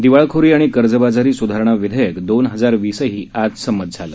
दिवाळखोरी आणि कर्जबाजारी सुधारणा विधेयक दोन हजार वीसही आज संमत झालं